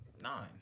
nine